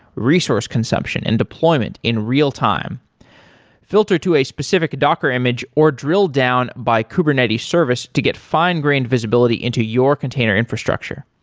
resource consumption and deployment in real time filter to a specific docker image, or drill down by kubernetes service to get fine-grained visibility into your container infrastructure.